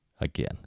again